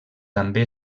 també